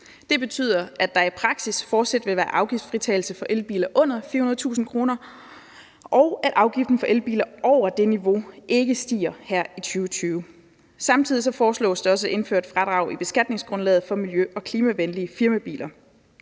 Det betyder, at der i praksis fortsat vil være afgiftsfritagelse for elbiler under 400.000 kr., og at afgiften for elbiler over den pris ikke stiger her i 2020. Samtidig foreslås det også at indføre et fradrag i beskatningsgrundlaget for miljø- og klimavenlige firmabiler.